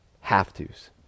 have-tos